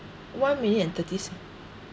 one minute and thirty se~